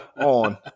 on